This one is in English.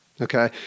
Okay